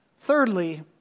Thirdly